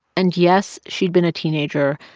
and yes, she'd been a teenager.